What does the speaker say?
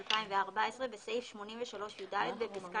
אבל למה לא לקצר את זה לחצי שנה?